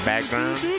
background